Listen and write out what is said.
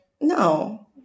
no